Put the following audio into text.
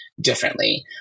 differently